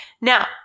Now